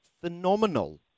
phenomenal